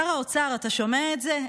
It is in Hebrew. שר האוצר, אתה שומע את זה?